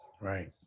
right